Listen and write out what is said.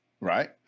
right